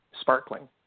sparkling